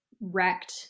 wrecked